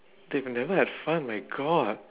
they never had fun my god